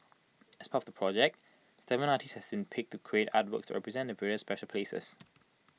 as part of the project Seven artists have been picked to create artworks that represent the various special places